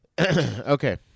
Okay